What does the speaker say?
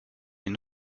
une